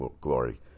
glory